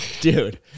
Dude